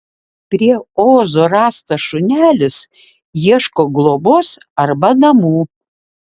prie ozo rastas šunelis ieško globos arba namų